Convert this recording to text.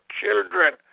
children